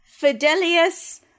Fidelius